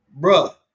bruh